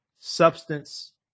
Substance